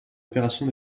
opération